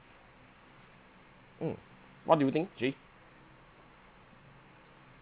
mm what do you think jay